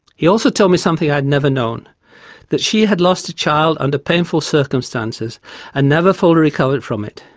he also told me something i had never known that she had lost a child under painful circumstances and never fully recovered from it.